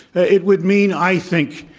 it would mean, i think,